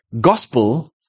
gospel